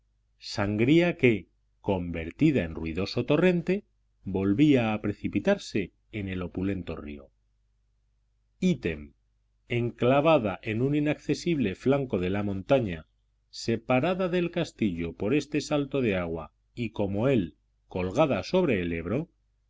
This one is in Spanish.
sangría que convertida en ruidoso torrente volvía a precipitarse en el opulento río ítem enclavada en un inaccesible flanco de la montaña separada del castillo por este salto de agua y como él colgada sobre el ebro